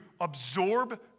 absorb